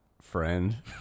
friend